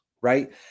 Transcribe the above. right